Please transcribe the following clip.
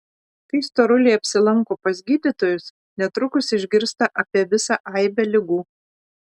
kai storuliai apsilanko pas gydytojus netrukus išgirsta apie visą aibę ligų